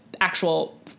actual